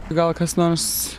gal kas nors